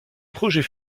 projet